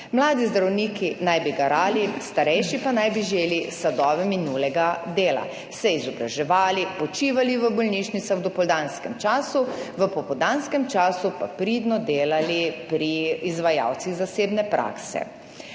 Mladi zdravniki naj bi garali, starejši pa naj bi želi sadove minulega dela, se izobraževali, počivali v bolnišnicah v dopoldanskem času, v popoldanskem času pa pridno delali pri izvajalcih zasebne prakse.